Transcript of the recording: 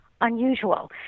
unusual